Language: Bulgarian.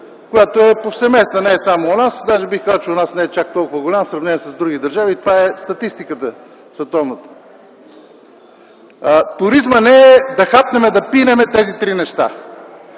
която е повсеместна, не само у нас, даже бих казал, че у нас не е чак толкова голяма в сравнение с други държави. Такава е световната статистика. Туризмът не е да хапнем, да пийнем – тези три неща.